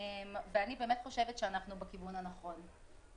ואני באמת חושבת שאנחנו בכיוון הנכון.